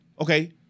Okay